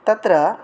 तत्र